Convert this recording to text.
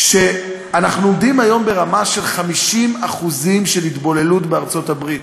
שאנחנו עומדים היום ברמה של 50% התבוללות בארצות-הברית,